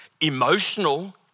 emotional